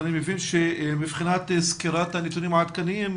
אני מבין שמבחינת סקירת הנתונים העדכניים,